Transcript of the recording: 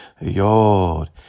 Yod